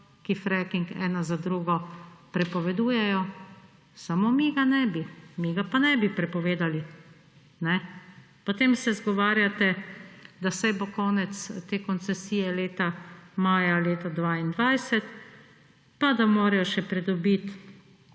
ki fracking ena za drugo prepovedujejo – sami mi ga ne bi. Mi ga pa ne bi prepovedali. Potem se izgovarjate, da saj bo konec te koncesije maja leta 2022, pa da morajo še pridobiti